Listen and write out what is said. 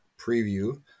preview